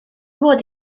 fod